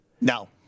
No